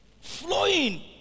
flowing